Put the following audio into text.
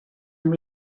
amb